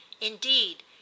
Indeed